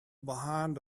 behind